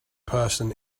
person